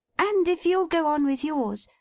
and if you'll go on with yours,